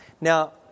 Now